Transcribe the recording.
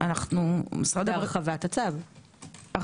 הרחבת הצו.